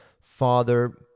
Father